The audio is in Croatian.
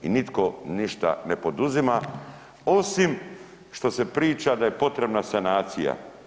I nitko ništa ne poduzima osim što se priča da je potrebna sanacija.